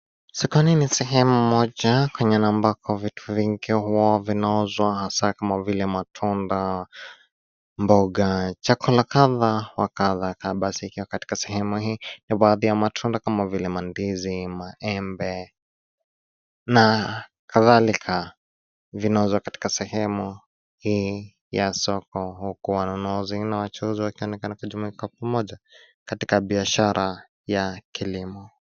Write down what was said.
Sokoni ni sehemu moja kwenye ambako vitu vingi huwa vinauzwa hasa kama vile matunda, mboga, chakula kadha wa kadha. Kaa basi ukiwa katika sehemu hii baadhi ya matunda kama vile mandizi, maembe na kadhalika vinauzwa katika sehemu hii ya soko huku wanunuzi na wachuuzi wakionekana wakijumuika pamoja katika biashara ya kilimo.